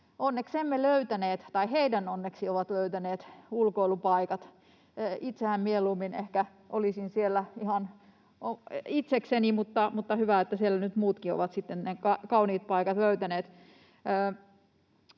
onneksemme löytäneet — tai onnekseen ovat löytäneet — ulkoilupaikat. Itsehän mieluummin ehkä olisin siellä ihan itsekseni, mutta hyvä, että siellä nyt muutkin ovat sitten ne kauniit paikat löytäneet.